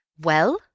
Well